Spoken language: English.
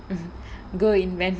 mmhmm good invent